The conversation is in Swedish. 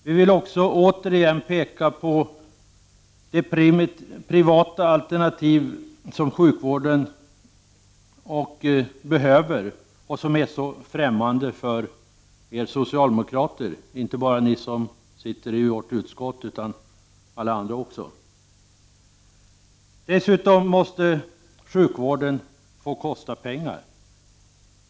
Vi vill också återigen peka på de privata alternativ som sjukvården behöver och som är så främmande för er socialdemokrater — inte bara för socialdemokraterna i socialförsäkringsutskottet utan också för alla andra. Dessutom måste sjukvården få kosta pengar.